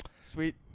sweet